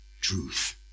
truth